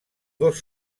dos